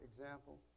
example